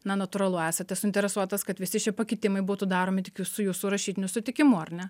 na natūralu esate suinteresuotas kad visi šie pakitimai būtų daromi tik ju su jūsų rašytiniu sutikimu ar ne